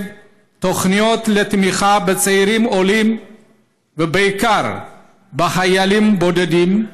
תוכניות לתמיכה בצעירים עולים ובעיקר בחיילים בודדים.